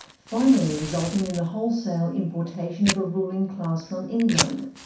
finally resulting in the wholescale importation of a ruling class from england,